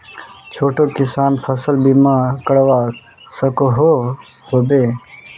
छोटो किसान फसल बीमा करवा सकोहो होबे?